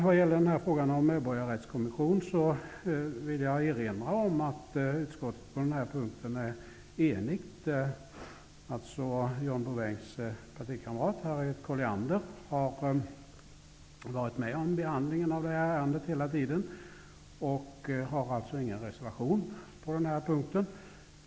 Vad gäller frågan om medborgarrättskommission vill jag erinra om att utskottet på den punkten är enigt. John Bouvins partikamrat Harriet Colliander har varit med om behandlingen av ärendet hela tiden och har ingen reservation på den punkten.